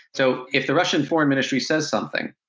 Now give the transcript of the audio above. so if the russian foreign ministry says something,